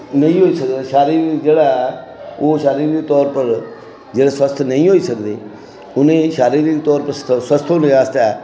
नेईं होई सकदा शारीरिक जेह्ड़ा ऐ ओह् शारीरिक तौर पर जेह्ड़े स्वस्थ नेईं होई सकदे उ'नें गी शारीरिक तौर उप्पर स्वस्थ होने आस्तै